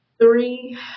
three